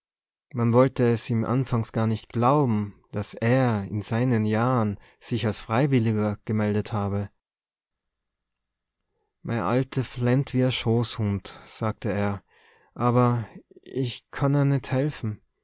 man wollte es ihm anfangs gar nicht glauben daß er in seinen jahren sich als freiwilliger gemeldet habe mei alte flennt wie e schloßhund sagte er awwer ich kann'r net helfe